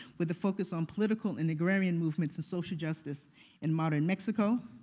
with a focus on political and agrarian movements and social justice in modern mexico.